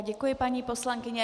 Děkuji, paní poslankyně.